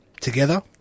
Together